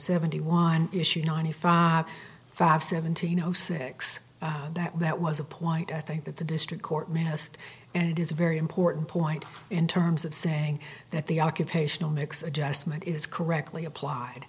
seventy one issue ninety five five seventeen zero six that that was applied i think that the district court missed and is a very important point in terms of saying that the occupational mix adjustment is correctly applied